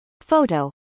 Photo